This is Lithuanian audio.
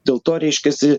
dėl to reiškiasi